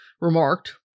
remarked